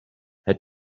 had